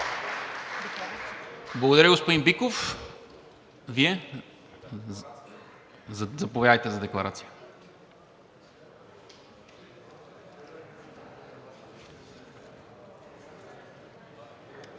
Благодаря, господин Биков. Заповядайте за декларация.